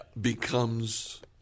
becomes